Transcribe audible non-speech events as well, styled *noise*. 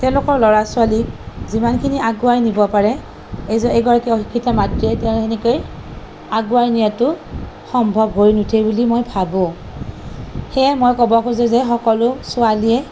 তেওঁলোকৰ ল'ৰা ছোৱালীক যিমানখিনি আগুৱাই নিব পাৰে *unintelligible* এগৰাকী অশিক্ষিত মাতৃয়ে তেওঁ সেনেকৈ আগুৱাই নিয়াতো সম্ভৱ হৈ নুঠে বুলি মই ভাবোঁ সেয়ে মই ক'ব খোজোঁ যে সকলো ছোৱালীয়ে